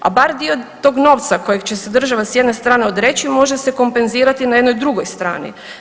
A bar dio tog novca kojeg će se država s jedne strane odreći može se kompenzirati na jednoj drugoj strani.